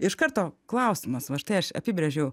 iš karto klausimas va štai aš apibrėžiau